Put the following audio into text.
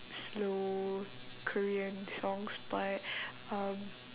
slow korean songs but um